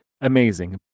Amazing